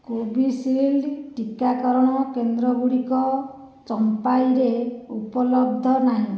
Covishield ଟିକାକରଣ କେନ୍ଦ୍ରଗୁଡ଼ିକ ଚମ୍ଫାଇରେ ଉପଲବ୍ଧ ନାହିଁ